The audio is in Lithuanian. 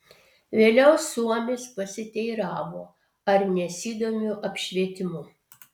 vėliau suomis pasiteiravo ar nesidomiu apšvietimu